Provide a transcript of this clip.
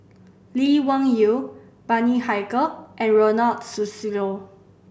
Lee Wung Yew Bani Haykal and Ronald Susilo